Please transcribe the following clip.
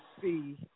see